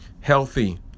healthy